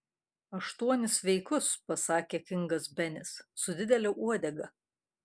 aštuonis sveikus pasakė kingas benis su didele uodega